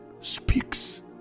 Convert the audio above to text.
speaks